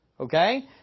Okay